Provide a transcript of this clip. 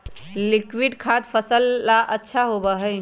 liquid खाद फसल ला अच्छा होबा हई